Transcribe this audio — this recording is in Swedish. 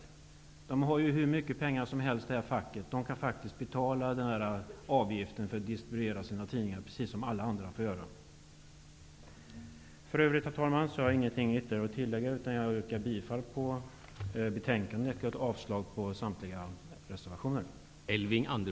Facket har hur mycket pengar som helst och kan betala avgiften för att distribuera sina tidningar, precis som alla andra får göra. För övrigt, herr talman, har jag ingenting ytterligare att tillägga, utan jag yrkar bifall till utskottets hemställan och avslag på samtliga reservationer.